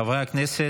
חברי הכנסת,